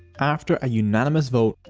after a unanimous vote,